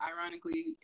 ironically